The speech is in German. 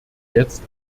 jetzt